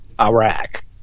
Iraq